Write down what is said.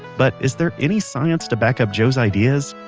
but is there any science to backup joe's ideas?